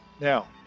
Now